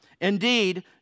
Indeed